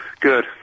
Good